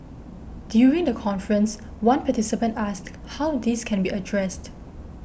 during the conference one participant asked how this can be addressed